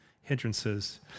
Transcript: hindrances